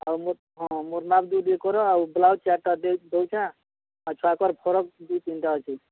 ଆଉ ମୋର୍ ହଁ ମୋର୍ ମାପ୍ ଦିଦୁଇ କର ଆଉ ବ୍ଳାଉଜ୍ ଚାର୍ଟା ଦେଇଛେଁ ଆଉ ଛୁଆଙ୍କର ଫ୍ରକ୍ ଦୁଇ ତିନ୍ଟା ଅଛି